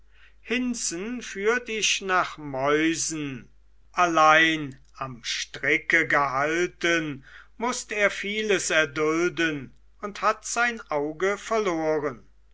hinzen führt ich nach mäusen allein am stricke gehalten mußt er vieles erdulden und hat sein auge verloren